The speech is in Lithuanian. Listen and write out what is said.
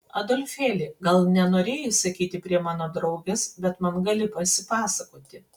adolfėli gal nenorėjai sakyti prie mano draugės bet man gali pasipasakoti